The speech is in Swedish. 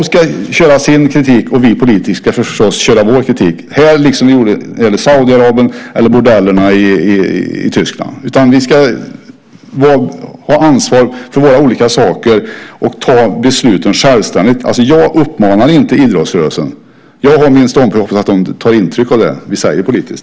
De ska köra sin kritik, och vi politiker ska förstås köra vår, här liksom när det gäller Saudiarabien eller bordellerna i Tyskland. Vi ska ha ansvar för våra olika saker och ta besluten självständigt. Jag uppmanar inte idrottsrörelsen. Jag har min ståndpunkt och hoppas att de tar intryck av det vi säger politiskt.